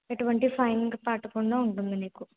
ఎటువంటి ఫైన్ పడకుండా ఉంటుంది నీకు